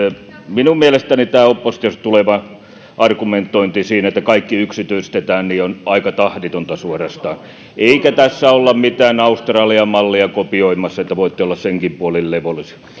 minun mielestäni tämä oppositiosta tuleva argumentointi että kaikki yksityistetään on aika tahditonta suorastaan eikä tässä olla mitään australian mallia kopioimassa voitte olla senkin puolesta levollisia